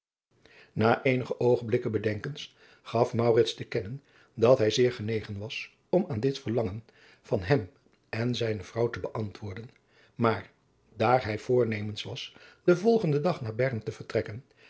na eenige oogenblikken bedenkens gaf maurits te kennen dat hij zeer genegen was om aan dit verlangen van hem en zijne vrouw te beantwoorden maar dat daar hij voornemens was den volgenden dag naar bern te vertrekken